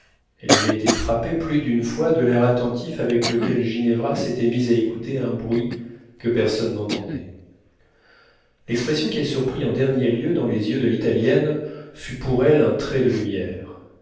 elle avait été frappée plus d'une fois de l'air attentif avec lequel ginevra s'était mise à écouter un bruit que personne n'entendait l'expression qu'elle surprit en dernier lieu dans les yeux de l'italienne fut pour elle un trait de lumière